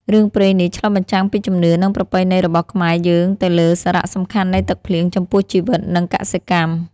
រឿងព្រេងនេះឆ្លុះបញ្ចាំងពីជំនឿ និងប្រពៃណីរបស់ខ្មែរយើងទៅលើសារៈសំខាន់នៃទឹកភ្លៀងចំពោះជីវិត និងកសិកម្ម ។